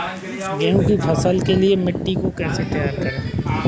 गेहूँ की फसल के लिए मिट्टी को कैसे तैयार करें?